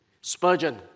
Spurgeon